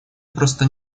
просто